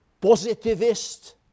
positivist